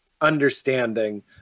understanding